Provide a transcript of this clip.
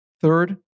Third